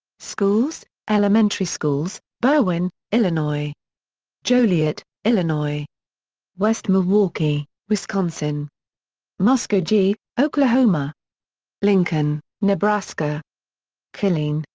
schools elementary schools berwyn, illinois joliet, illinois west milwaukee, wisconsin muskogee, oklahoma lincoln, nebraska killeen,